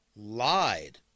lied